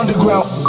Underground